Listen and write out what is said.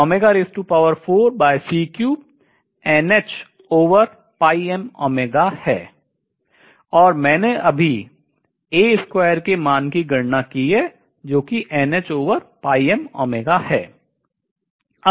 और मैंने अभी के मान की गणना की है जो कि है